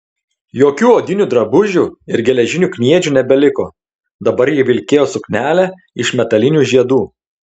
jokių odinių drabužių ir geležinių kniedžių nebeliko dabar ji vilkėjo suknelę iš metalinių žiedų